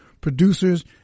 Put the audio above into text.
producers